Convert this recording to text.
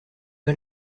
pas